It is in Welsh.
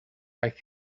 aeth